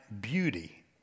beauty